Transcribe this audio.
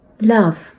love